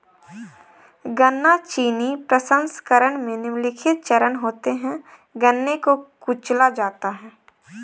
गन्ना चीनी प्रसंस्करण में निम्नलिखित चरण होते है गन्ने को कुचला जाता है